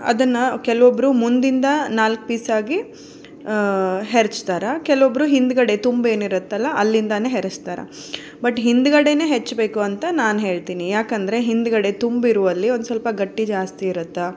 ಅದನ್ನು ಕೆಲ್ವೊಬ್ರು ಮುಂದಿಂದ ನಾಲ್ಕು ಪೀಸಾಗಿ ಹೆಚ್ತಾರೆ ಕೆಲವೊಬ್ಬರು ಹಿಂದುಗಡೆ ತುಂಬಿ ಏನಿರುತ್ತಲ ಅಲ್ಲಿಂದಲೇ ಹೆಚ್ತಾರೆ ಬಟ್ ಹಿಂದುಗಡೆನೇ ಹೆಚ್ಚಬೇಕು ಅಂತ ನಾನು ಹೇಳ್ತಿನಿ ಯಾಕೆಂದ್ರೆ ಹಿಂದುಗಡೆ ತುಂಬಿರುವಲ್ಲಿ ಒಂದು ಸ್ವಲ್ಪ ಗಟ್ಟಿ ಜಾಸ್ತಿ ಇರುತ್ತೆ